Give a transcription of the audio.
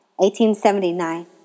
1879